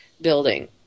building